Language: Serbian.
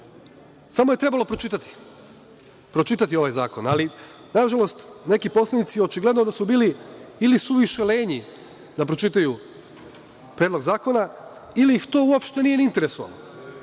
Samo je trebalo pročitati ovaj zakon, ali nažalost, neki poslanici očigledno da su bili ili su više lenji da pročitaju Predlog zakona ili ih to uopšte nije interesovalo,